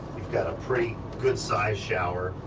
you've got a pretty good sized shower,